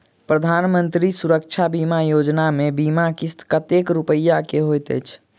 प्रधानमंत्री सुरक्षा बीमा योजना मे बीमा किस्त कतेक रूपया केँ होइत अछि?